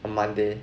on monday